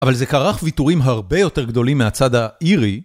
אבל זה קרח ויתורים הרבה יותר גדולים מהצד האירי.